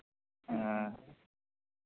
ᱦᱮᱸ